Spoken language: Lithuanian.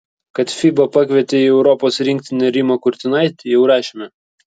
kad fiba pakvietė į europos rinktinę rimą kurtinaitį jau rašėme